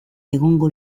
egongo